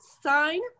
sign